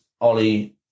Ollie